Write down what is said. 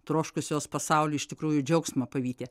troškusios pasauly iš tikrųjų džiaugsmą pavyti